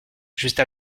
juste